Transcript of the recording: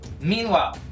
Meanwhile